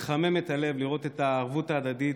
מחמם את הלב לראות את הערבות ההדדית,